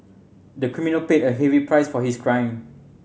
the criminal paid a heavy price for his crime